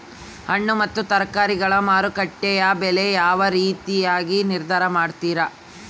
ಹಣ್ಣು ಮತ್ತು ತರಕಾರಿಗಳ ಮಾರುಕಟ್ಟೆಯ ಬೆಲೆ ಯಾವ ರೇತಿಯಾಗಿ ನಿರ್ಧಾರ ಮಾಡ್ತಿರಾ?